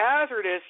hazardous